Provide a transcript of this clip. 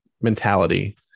mentality